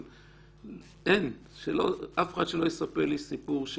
אף אחד שלא יספר לי סיפור.